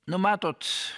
nu matot